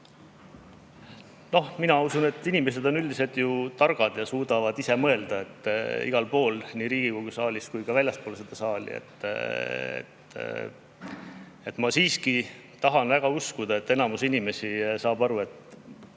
nõu. Mina usun, et inimesed on üldiselt targad ja suudavad ise mõelda igal pool, nii Riigikogu saalis kui ka väljaspool seda saali. Ma siiski tahan väga uskuda, et enamik inimesi saab aru, et